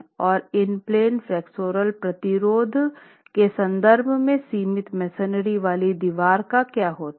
तो in plane flexural प्रतिरोध के संदर्भ में सीमित मेसनरी वाली दीवार का क्या होता है